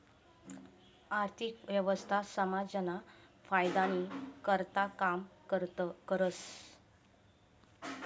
आर्थिक व्यवस्था समाजना फायदानी करताच काम करस